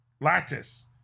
lattice